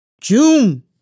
June